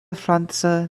franca